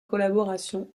collaboration